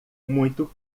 muito